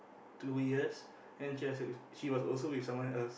two years and she also she was also with someone else